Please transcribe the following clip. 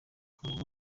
abo